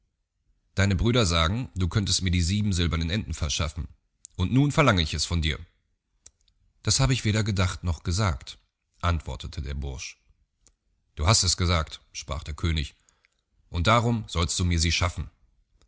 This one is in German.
deine brüder sagen du könntest mir die silbernen enten verschaffen und nun verlange ich es von dir das habe ich weder gedacht noch gesagt antwortete der bursch du hast es gesagt sprach der könig und darum sollst du sie mir schaffen